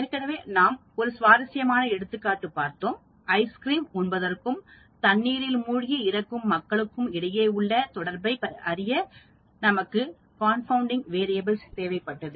ஏற்கனவே நாம் ஒரு சுவாரசியமான எடுத்துக்காட்டு பார்த்தோம் ஐஸ்கிரீம் உண்பதற்கும் தண்ணீரில் மூழ்கி இறக்கும் மக்களுக்கும் இடையே உள்ள தொடர்பை அறிய நமக்கு கார்ன்பவுண்டிங் மாறி தேவைப்பட்டது